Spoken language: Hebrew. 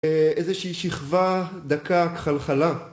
‫איזושהי שכבה, דקה, כחלחלה.